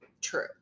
true